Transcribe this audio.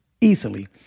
easily